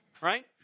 right